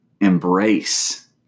embrace